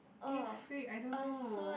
eh freak I don't know